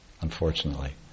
unfortunately